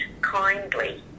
kindly